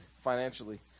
financially